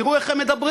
תראו איך הם מדברים.